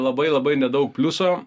labai labai nedaug pliuso